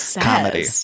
comedy